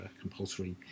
compulsory